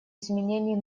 изменений